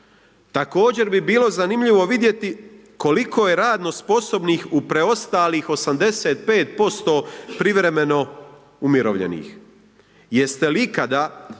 Također bi bilo zanimljivo vidjeti koliko je radno sposobnih u preostalih 85% privremeno umirovljenih jeste li ikada,